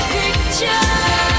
picture